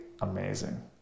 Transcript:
amazing